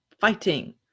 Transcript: fighting